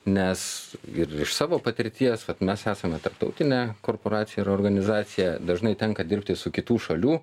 nes ir iš savo patirties kad mes esame tarptautinė korporacija ir organizacija dažnai tenka dirbti su kitų šalių